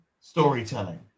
storytelling